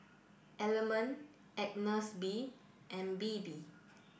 element Agnes B and Bebe